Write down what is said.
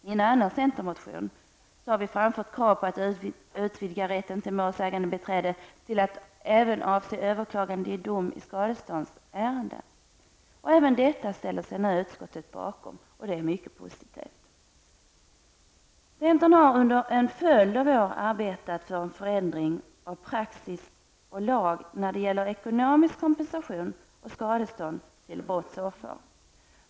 I en annan centermotion har framförts krav på att utvidga rätten till målsägandebiträde till att även avse överklagande av dom i skadeståndsärende. Även detta krav ställer sig utskottet bakom. Det är mycket positivt. Centern har under en följd av år arbetat för en förändring av praxis och lag när det gäller ekonomisk kompensation och skadestånd till brottsoffer.